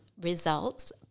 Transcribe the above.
results